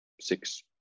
six